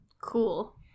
Cool